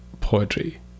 poetry